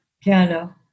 Piano